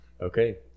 Okay